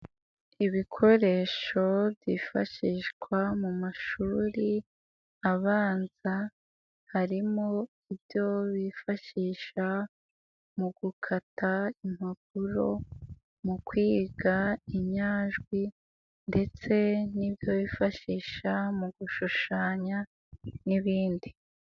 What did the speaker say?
Ibikoresho byifashishwa mu mashuri, abanza, harimo ibyo bifashisha, mu gukata impapuro, mu kwiga inyajwi ndetse n'ibyo bifashisha, mu gushushanya n'ibindi.